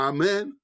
Amen